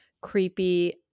creepy